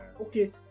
okay